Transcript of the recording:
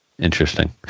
Interesting